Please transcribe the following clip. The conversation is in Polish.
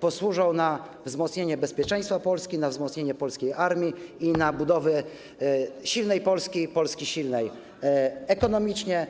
posłużą także do wzmocnienia bezpieczeństwa Polski, wzmocnienia polskiej armii i budowy silnej Polski, Polski silnej ekonomicznie.